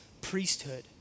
priesthood